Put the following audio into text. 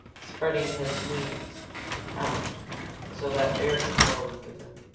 spreading his wings out so that air could blow under them.